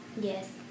Yes